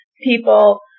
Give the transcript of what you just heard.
people